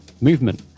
movement